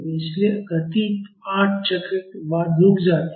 इसलिए गति 8 चक्र के बाद रुक जाती है